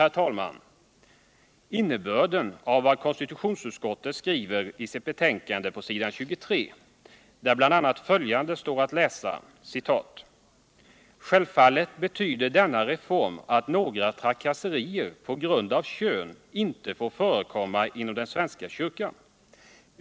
herr talman, innebörden av vad konstitutionsutskottet skriver i sitt betänkande på s. 23. där bl.a. följande står att läsa: Självfallet betyder denna reform att några trakasserier på grund av kön inte får förekomma inom den svenska kyrkan.